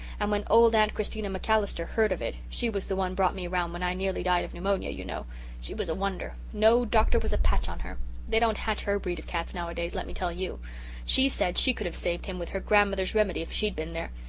and when old aunt christina macallister heard of it she was the one brought me round when i nearly died of pneumonia you know she was a wonder no doctor was a patch on her they don't hatch her breed of cats nowadays, let me tell you she said she could have saved him with her grandmother's remedy if she'd been there.